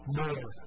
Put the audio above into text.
more